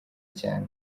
cyane